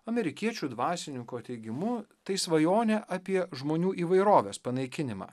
amerikiečių dvasininko teigimu tai svajonė apie žmonių įvairovės panaikinimą